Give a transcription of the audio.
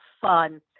fun